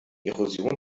erosion